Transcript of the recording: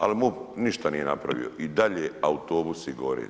Ali MUP ništa nije napravio i dalje autobusi gore.